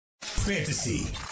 Fantasy